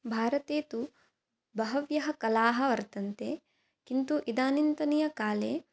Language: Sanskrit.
भारते तु बह्व्यः कलाः वर्तन्ते किन्तु इदानीन्तन काले